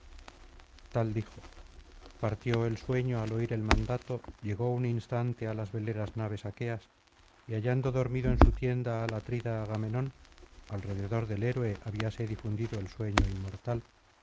tal dijo partió el sueño al oír el mandato llegó en un instante a las veleras naves aqueas y hallando dormido en su tienda al atrida agamenón alrededor del héroe habíase difundido el sueño inmortal